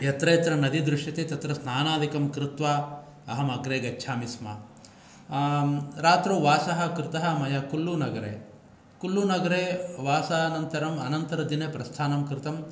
यत्र यत्र नदी दृश्यते तत्र स्नानादिकं कृत्वा अहमग्रे गच्छामि स्म रात्रौ वास कृत मया कुल्लू नगरे कुल्लू नगरे वासानन्तरम् अनन्तरदिने प्रस्थानं कृतं